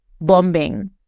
bombing